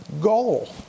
goal